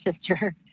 sister